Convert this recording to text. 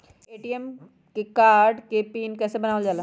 ATM card के पिन कैसे बनावल जाला?